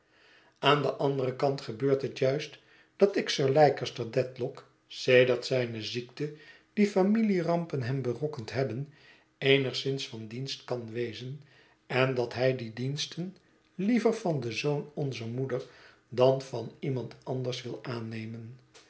aan den anderen kant gebeurt het juist dat ik sir leicester dedlock sedert zijne ziekte die familierampen hem berokkendhebben eenigszins van dienst kan wezen en dat hij die diensten liever van den zoon onzer moeder dan van iemand anders wil aannemen